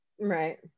right